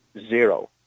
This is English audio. zero